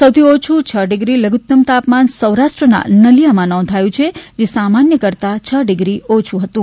સૌથી ઓછું છ ડિગ્રી લધુત્તમ તાપમાન સૌરાષ્ટ્રના નલિયામાં નોંધાયું છે જે સામાન્ય કરતા છ ડિગ્રી ઓછું હતું